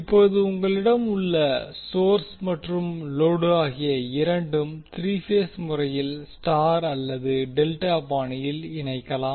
இப்போது உங்களிடம் உள்ள சோர்ஸ் மற்றும் லோடு ஆகிய இரண்டும் த்ரீ பேஸ் முறையில் ஸ்டார் அல்லது டெல்டா பாணியில் இணைக்கலாம்